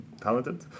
talented